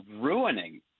ruining